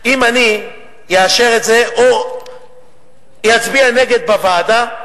אם אני אאשר את זה, או אצביע נגד בוועדה,